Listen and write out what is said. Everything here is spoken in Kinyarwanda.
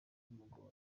bimugoye